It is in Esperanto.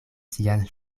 sian